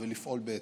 ולפעול בהתאם.